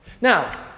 Now